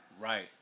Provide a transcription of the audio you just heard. Right